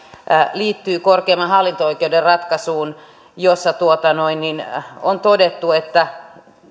liittyy korkeimman hallinto oikeuden ratkaisuun jossa on todettu että